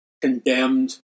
condemned